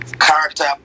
Character